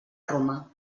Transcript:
roma